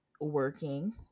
working